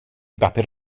bapur